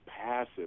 passive